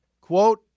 Quote